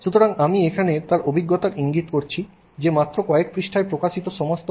সুতরাং আমি এখানে তার অভিজ্ঞতার ইঙ্গিত করছি যে মাত্র কয়েকটি পৃষ্ঠায় প্রকাশিত হবে সমস্ত বই